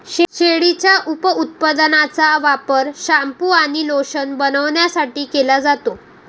शेळीच्या उपउत्पादनांचा वापर शॅम्पू आणि लोशन बनवण्यासाठी केला जातो